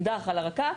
ישימו להם אקדח על הרקה,